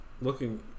looking